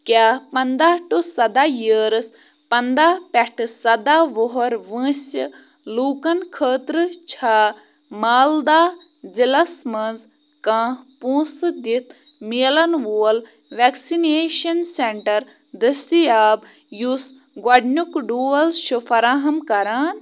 کیٛاہ پَنٛداہ ٹُہ سَداہ یِیٲرٕس پَنٛداہ پٮ۪ٹھٕ سَداہ وُہَر وٲنٛسہِ لوٗکَن خٲطرٕ چھےٚ مالدہ ضِلعس منٛز کانٛہہ پونٛسہٕ دِتھ میلَن وول وٮ۪کسِنیشَن سٮ۪نٛٹَر دٔستیاب یُس گۄڈٕنیُک ڈوز چھُ فراہَم کران